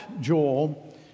Joel